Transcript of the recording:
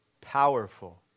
powerful